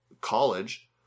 college